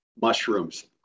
Mushrooms